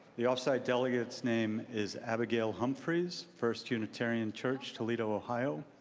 the off-site delegate's name is abigail humphries, first unitarian church, toledo, ohio.